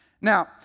Now